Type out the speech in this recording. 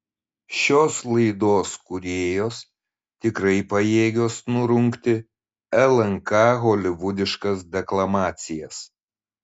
šios laidos kūrėjos tikrai pajėgios nurungti lnk holivudiškas deklamacijas